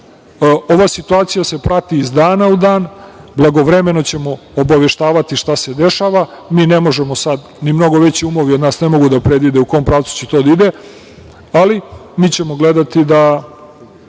situacija se prati iz dana u dan, blagovremeno ćemo obaveštavati šta se dešava, mi ne možemo sada ni mnogo veći umovi od nas ne mogu da predvide u kom pravcu će to da ide, ali mi ćemo gledati da